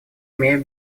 имеет